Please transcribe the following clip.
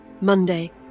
Monday